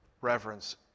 reverence